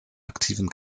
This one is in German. aktiven